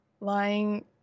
lying